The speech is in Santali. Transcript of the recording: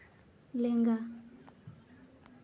ᱞᱮᱸᱜᱟ